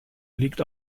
liegt